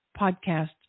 podcast